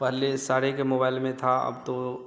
पहले सारे के मोबाइल में था अब तो